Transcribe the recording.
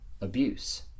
abuse